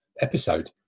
episode